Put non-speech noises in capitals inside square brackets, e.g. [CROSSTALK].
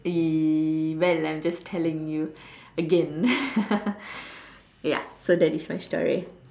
[NOISE] well I'm just telling you again [LAUGHS] ya so that is my story